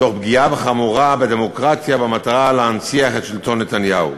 תוך פגיעה חמורה בדמוקרטיה במטרה להנציח את שלטון נתניהו,